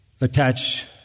attach